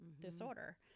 disorder